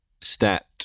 Stat